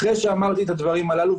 אחרי שאמרתי את הדברים הללו,